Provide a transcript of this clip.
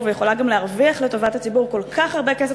ויכולה גם להרוויח לטובת הציבור כל כך הרבה כסף,